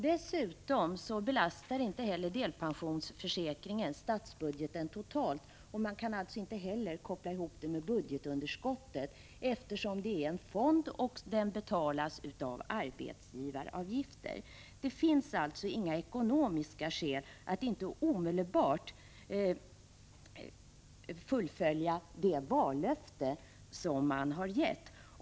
Vidare belastar delpensionsförsäkringen inte heller statsbudgeten totalt, och man kan alltså inte heller koppla ihop den med budgetunderskottet, eftersom det är fråga om en fond, som betalas med arbetsgivaravgifter. Det finns således inga ekonomiska skäl att inte omedelbart fullfölja det vallöfte som har getts.